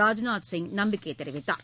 ராஜ்நாத் சிங் நம்பிக்கை தெரிவித்தார்